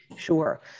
Sure